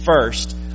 first